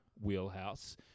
wheelhouse